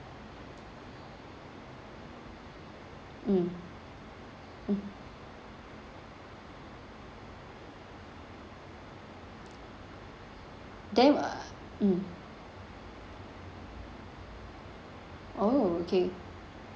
mm then mm oo okay